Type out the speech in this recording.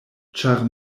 ĉar